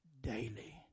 daily